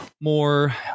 more